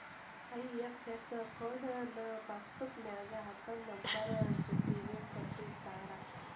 IFS code ನ passbook ನ್ಯಾಗ account number ಜೊತಿಗೆ ಕೊಟ್ಟಿರ್ತಾರ